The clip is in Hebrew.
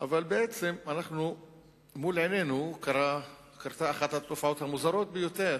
אבל בעצם מול עינינו קרתה אחת התופעות המוזרות ביותר.